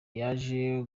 yaje